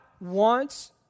wants